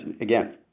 again